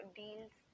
deals